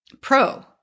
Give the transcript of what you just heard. Pro